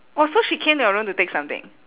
orh so she came to your room to take something